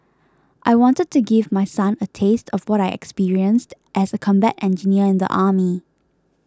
I wanted to give my son a taste of what I experienced as a combat engineer in the army